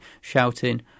shouting